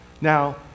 now